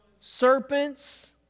serpents